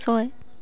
ছয়